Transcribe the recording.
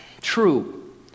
true